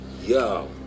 yo